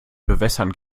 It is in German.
bewässern